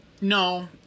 No